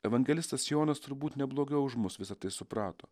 evangelistas jonas turbūt ne blogiau už mus visa tai suprato